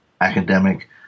academic